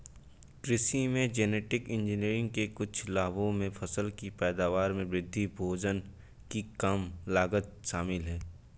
कृषि में genetic engineering के कुछ लाभों में फसल की पैदावार में वृद्धि, भोजन की कम लागत शामिल हैं